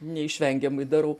neišvengiamai darau